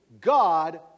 God